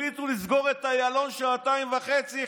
החליטו לסגור את איילון שעתיים וחצי,